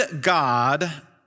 God